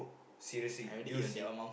seriously you see